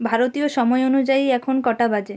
ভারতীয় সময় অনুযায়ী এখন কটা বাজে